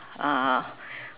uh